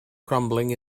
crumbling